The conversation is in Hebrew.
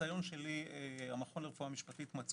מעבר